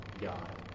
God